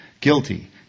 Guilty